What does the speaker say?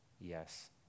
Yes